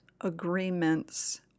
agreements